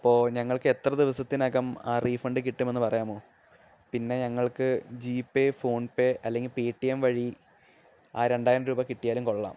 അപ്പോൾ ഞങ്ങൾക്ക് എത്ര ദിവസത്തിനകം ആ റീഫണ്ട് കിട്ടും എന്ന് പറയാമോ പിന്നെ ഞങ്ങൾക്ക് ജീപേ ഫോൺപേ അല്ലെങ്കിൽ പേടിഎം വഴി ആ രണ്ടായിരം രൂപ കിട്ടിയാലും കൊള്ളാം